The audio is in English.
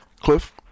Cliff